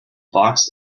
box